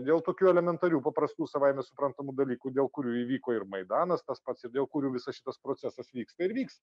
dėl tokių elementarių paprastų savaime suprantamų dalykų dėl kurių įvyko ir maidanas tas pats ir dėl kurių visas šitas procesas vyksta ir vyks